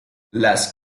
las